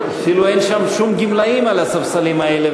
אפילו אין שום גמלאים על הספסלים האלה,